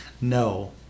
No